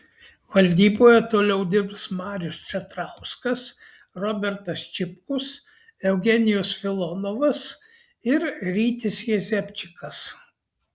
valdyboje toliau dirbs marius čatrauskas robertas čipkus eugenijus filonovas ir rytis jezepčikas